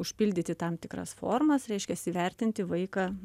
užpildyti tam tikras formas reiškias įvertinti vaiką